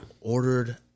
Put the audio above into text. Ordered